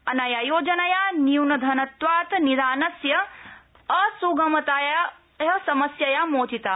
अनया योजनया न्यूनधनत्वात् निदानस्य अस्गमताया समस्यया मोचिता